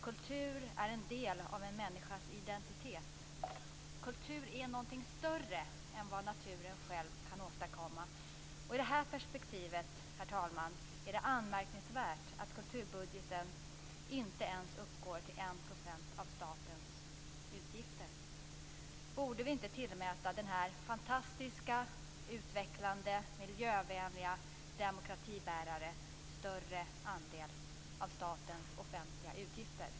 Kultur är en del av en människas identitet. Kultur är något större än vad naturen själv kan åstadkomma. I detta perspektiv, herr talman, är det anmärkningsvärt att kulturbudgeten inte ens uppgår till 1 % av statens utgifter. Borde vi inte tillmäta denna fantastiska, utvecklande och miljövänliga demokratibärare en större andel av statens offentliga utgifter?